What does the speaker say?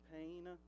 pain